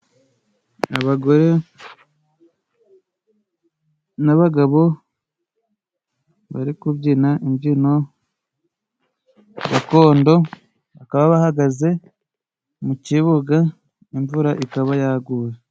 Abagore n'abagabo bari kubyina imbyino gakondo bakaba bahagaze mu kibuga imvura ikaba yaguye.